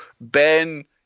Ben